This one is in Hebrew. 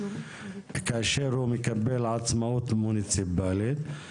כאשר הוא מקבל עצמאות מוניציפלית.